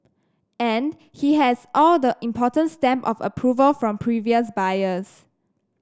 and he has all the important stamp of approval from previous buyers